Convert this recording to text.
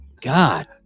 God